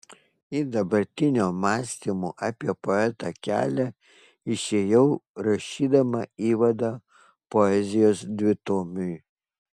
į dabartinio mąstymo apie poetą kelią išėjau rašydama įvadą poezijos dvitomiui